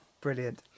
Brilliant